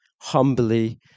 humbly